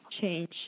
change